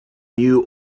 new